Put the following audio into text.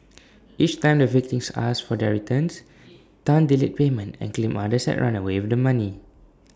each time the victims asked for their returns Tan delayed payment and claimed others had run away with the money